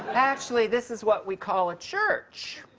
actually this is what we call a church.